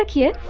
like here